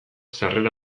sarrera